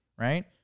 right